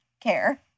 care